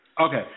Okay